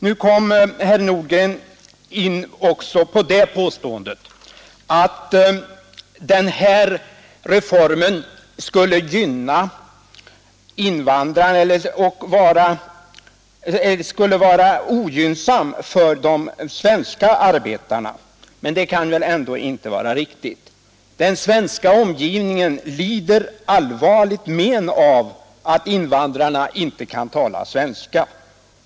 Nu gjorde herr Nordgren också det påståendet, att denna reform skulle vara ogynnsam för de svenska arbetarna, men det kan väl ändå inte vara riktigt. Den svenska omgivningen lider allvarligt men av att invandrarna inte kan tala svenska.